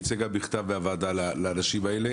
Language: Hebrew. זה גם יצא בכתב מהוועדה לאנשים שציינת.